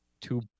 two